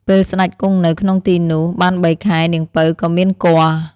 ពេលសេ្តចគង់នៅក្នុងទីនោះបានបីខែនាងពៅក៏មានគភ៌‌។